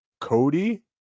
Cody